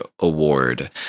Award